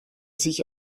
sich